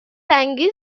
انگیز